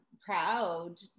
proud